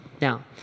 Now